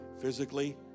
physically